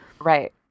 Right